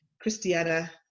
Christiana